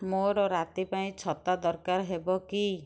ମୋର ରାତି ପାଇଁ ଛତା ଦରକାର ହେବ କି